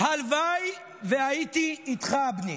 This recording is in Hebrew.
הלוואי שהייתי איתך, בני.